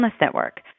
Network